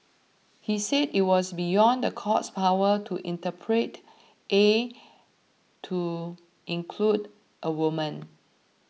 he said it was beyond the court's power to interpret A to include a woman